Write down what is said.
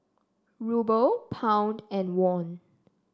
Ruble Pound and Won